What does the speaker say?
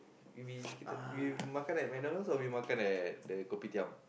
if we we catered we makan at McDonald's or we makan at the kopitiam